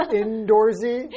indoorsy